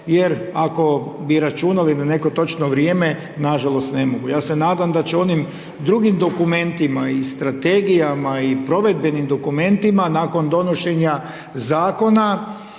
jer ako bi računali na neko točno vrijeme, na žalost, ne mogu. Ja se nadam da će onim drugim dokumentima i strategijama i provedbenim dokumentima nakon donošenja zakona